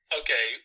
okay